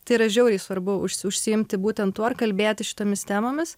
tai yra žiauriai svarbu už užsiimti būtent tuo ar kalbėti šitomis temomis